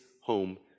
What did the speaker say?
home